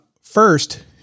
first